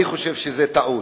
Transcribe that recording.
אני חושב שזו טעות.